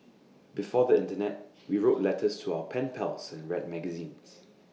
before the Internet we wrote letters to our pen pals and read magazines